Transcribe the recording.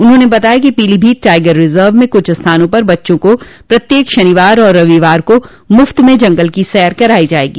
उन्होंने बताया कि पीलीभीत टाइगर रिजर्व में कुछ स्थानों पर बच्चों को प्रत्येक शनिवार और रविवार को मुफ्त में जंगल की सैर करायी जायेगी